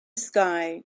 sky